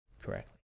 correctly